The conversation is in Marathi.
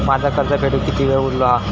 माझा कर्ज फेडुक किती वेळ उरलो हा?